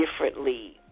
differently